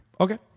Okay